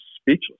speechless